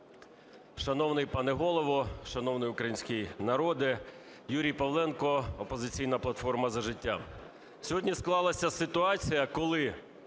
Шановний пане Голово, шановний український народе! Юрій Павленко "Опозиційна платформа – За життя".